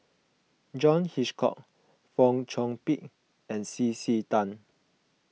John Hitchcock Fong Chong Pik and C C Tan